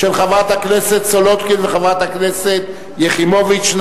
של חברת הכנסת סולודקין וחברת הכנסת יחימוביץ.